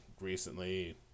recently